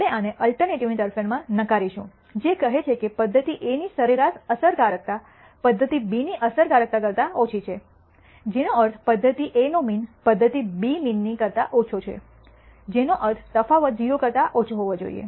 આપણે આને અલ્ટરનેટિવ ની તરફેણમાં નકારીશું જે કહે છે કે પદ્ધતિ A ની સરેરાશ અસરકારકતા પદ્ધતિ B ની અસરકારકતા કરતા ઓછી છે જેનો અર્થ પદ્ધતિ A નો મીન પદ્ધતિ B મીન ની કરતા ઓછો છે જેનો અર્થ તફાવત 0 કરતા ઓછો હોવો જોઈએ